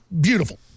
beautiful